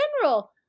general